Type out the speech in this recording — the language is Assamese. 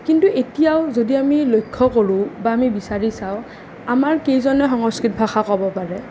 কিন্তু এতিয়াও যদি আমি লক্ষ্য কৰোঁ বা আমি বিচাৰি চাওঁ আমাৰ কেইজনে সংস্কৃত ভাষা ক'ব পাৰে